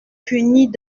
punit